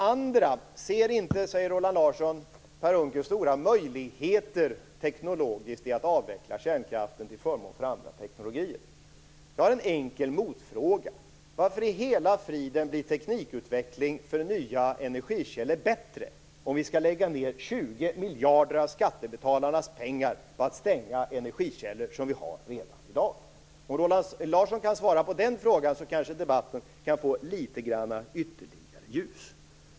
Roland Larsson frågar: Ser inte Per Unckel stora möjligheter teknologiskt i att avveckla kärnkraften till förmån för andra teknologier? Jag har en enkel motfråga: Varför i hela friden blir teknikutvecklingen för nya energikällor bättre, om vi skall lägga ned 20 miljarder av skattebetalarnas pengar på att stänga energikällor som vi har redan i dag? Om Roland Larsson kan svara på den frågan, kanske debatten kan få litet grand ytterligare ljus.